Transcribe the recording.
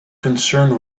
concerned